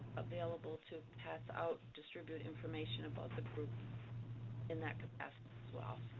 available to pass out, distribute information about the group in that capacity as well.